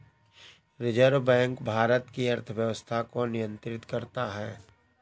reserve bank Bharat की अर्थव्यवस्था को नियन्त्रित करता है